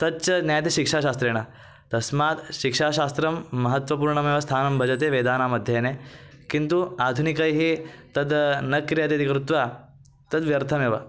तच्च ज्ञायते शिक्षाशास्त्रेण तस्मात् शिक्षाशास्त्रं महत्वपूर्णमेव स्थानं भजते वेदानाम् अध्ययने किन्तु आधुनिकैः तत् न क्रियते इति कृत्वा तद्व्यर्थमेव